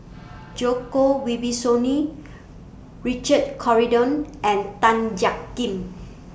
Djoko Wibisono Richard Corridon and Tan Jiak Kim